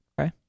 Okay